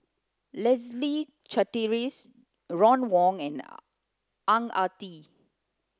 Leslie Charteris Ron Wong and Ang Ah Tee